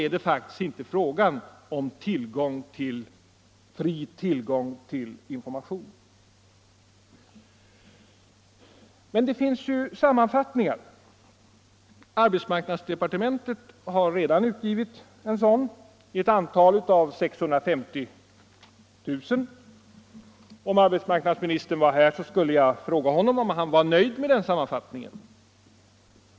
är det faktiskt inte fråga om fri tillgång till information. Men det finns ju sammanfattningar. Arbetsmarknadsdepartementet har redan tryckt en sådan i ett antal av 650 000. Om arbetsmarknadsministern vore här skulle jag fråga honom om han är nöjd med den sammanfattningen.